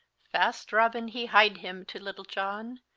fast robin hee hyed him to little john,